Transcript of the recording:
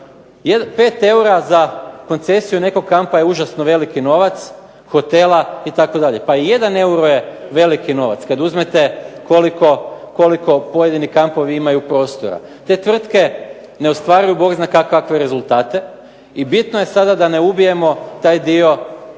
eura za koncesiju nekog kampa je užasno veliki novac hotela itd. Pa i jedan euro je veliki novac kad uzmete koliko pojedini kampovi imaju prostora. Te tvrtke ne ostvaruju Bog zna kakve rezultate i bitno je sada da ne ubijemo sada taj